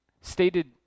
Stated